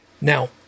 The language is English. now